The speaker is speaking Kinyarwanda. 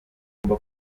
ngo